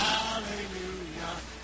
Hallelujah